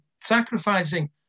sacrificing